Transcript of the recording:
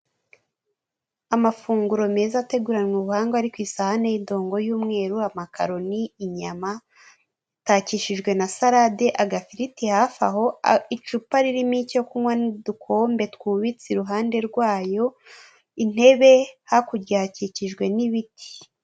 Amafunguro meza ateguranwe ubuhanga ariko ku isahani y'idongo y'umweru, amakaroni, inyama, atakishijwe na salade, agafiriti hafi aho, icupa ririmo icyo kunywa n'udukombe twubitse iruhande rwayo, intebe, hakurya hakikijwe n'ibiti.